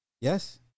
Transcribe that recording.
Yes